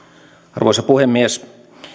arvoisa puhemies